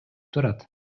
турат